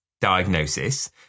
diagnosis